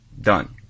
Done